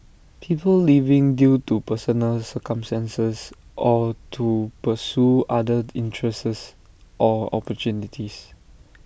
people leaving due to personal circumstances or to pursue other interests or opportunities